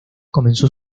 comenzó